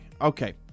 Okay